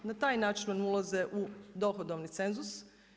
Na taj način oni ulaze u dohodovni cenzus.